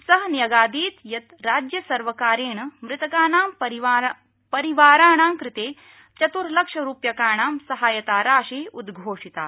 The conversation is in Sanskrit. स न्यगदत् यत् राज्यसर्वकारेण मृतकानां परिवाराणां कृते चत्र्लक्ष रूप्यकाणां सहायता राशि उद्घोषिता